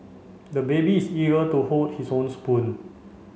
the baby is eager to hold his own spoon